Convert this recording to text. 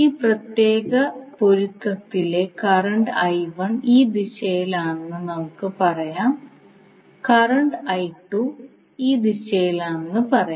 ഈ പ്രത്യേക പൊരുത്തത്തിലെ കറന്റ് ഈ ദിശയിലാണെന്ന് നമുക്ക് പറയാം കറന്റ് ഈ ദിശയിലാണെന്ന് പറയാം